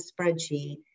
spreadsheet